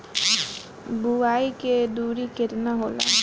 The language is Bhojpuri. बुआई के दुरी केतना होला?